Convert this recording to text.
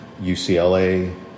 UCLA